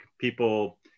people